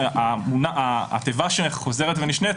התיבה שחוזרת ונשנית,